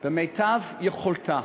במיטב יכולתה